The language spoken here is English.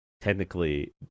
technically